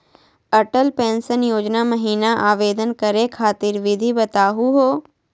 Atal pension योजना महिना आवेदन करै खातिर विधि बताहु हो?